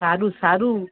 ସାରୁ ସାରୁ